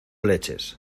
leches